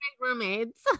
roommates